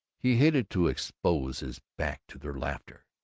he hated to expose his back to their laughter,